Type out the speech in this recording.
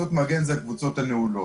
קבוצות מגן הן הקבוצות הנעולות,